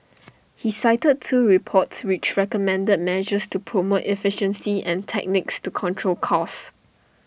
he cited two reports which recommended measures to promote efficiency and techniques to control costs